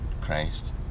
Christ